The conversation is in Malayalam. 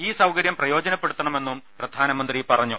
ഈ സൌകര്യം പ്രയോജന പ്പെടുത്തണമെന്നും പ്രധാനമന്ത്രി പറഞ്ഞു